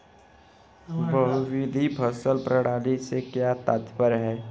बहुविध फसल प्रणाली से क्या तात्पर्य है?